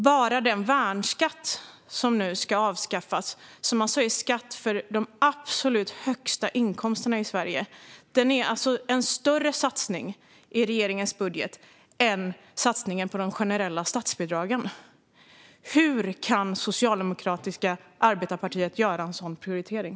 Bara den värnskatt - skatten för de absolut högsta inkomsterna i Sverige - som nu ska avskaffas innebär en större satsning i regeringens budget än satsningen på de generella statsbidragen. Hur kan det socialdemokratiska arbetarepartiet göra en sådan prioritering?